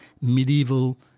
medieval